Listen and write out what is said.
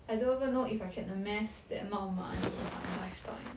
I don't know even know if I can amass that amount of money in my lifetime